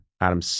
Adam